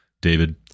David